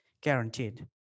guaranteed